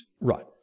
Right